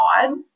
odd